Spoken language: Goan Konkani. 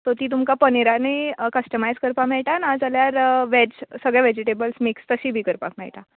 सो ती तुमकां पनिरानूय कस्टमायज करपा मेयटा नाजाल्यार वॅज सगळे वॅजिटेबल्स मिक्स तशी बी करपाक मेयटा